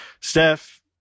Steph